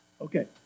Okay